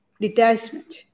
detachment